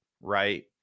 right